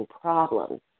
problems